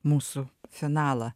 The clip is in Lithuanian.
mūsų finalą